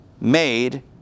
made